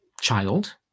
child